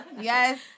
Yes